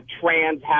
trans